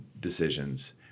decisions